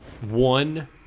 One